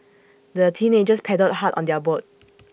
the teenagers paddled hard on their boat